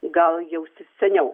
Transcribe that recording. gal jau seniau